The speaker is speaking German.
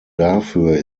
dafür